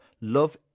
Love